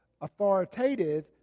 authoritative